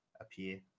appear